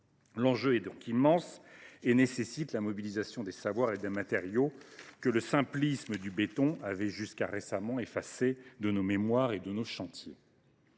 L’enjeu est donc immense. Il nécessite la mobilisation des savoirs et des matériaux que le simplisme du béton avait jusqu’à récemment effacés de nos mémoires et de nos chantiers.